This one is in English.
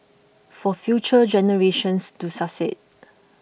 for future generations to succeed